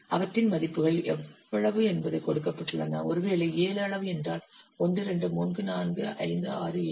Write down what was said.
அவற்றின் மதிப்புகள் எவ்வளவு என்பது கொடுக்கப்பட்டுள்ளன ஒருவேளை 7 அளவு என்றால் 1 2 3 4 5 6 7